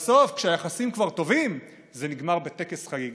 ובסוף כשהיחסים כבר טובים, זה נגמר בטקס חגיגי.